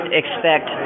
expect